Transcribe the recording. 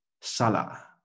Salah